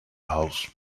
house